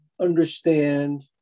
understand